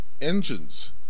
Engines